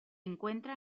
encuentra